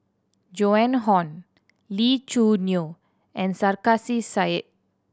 Joan Hon Lee Choo Neo and Sarkasi Said